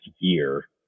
year